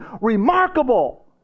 remarkable